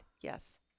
yes